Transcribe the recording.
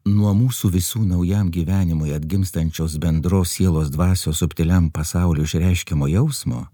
nuo mūsų visų naujam gyvenimui atgimstančios bendros sielos dvasios subtiliam pasaulio išreiškiamo jausmo